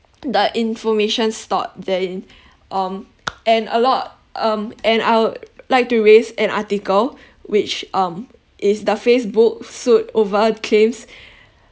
the information stored therein um and a lot um and I would like to raise an article which um is the facebook sued over claims